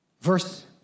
Verse